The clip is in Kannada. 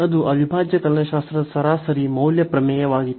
ಅದು ಅವಿಭಾಜ್ಯ ಕಲನಶಾಸ್ತ್ರದ ಸರಾಸರಿ ಮೌಲ್ಯ ಪ್ರಮೇಯವಾಗಿತ್ತು